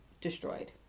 destroyed